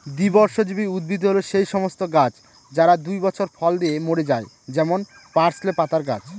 দ্বিবর্ষজীবী উদ্ভিদ হল সেই সমস্ত গাছ যারা দুই বছর ফল দিয়ে মরে যায় যেমন পার্সলে পাতার গাছ